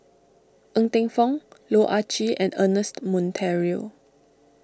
Ng Teng Fong Loh Ah Chee and Ernest Monteiro